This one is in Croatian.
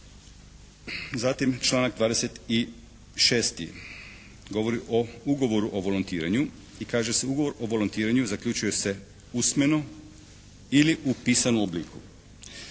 Zatim članak 26. govori o Ugovoru o volontiranju i kaže se Ugovor o volontiranju zaključuje se usmeno ili u pisanom obliku.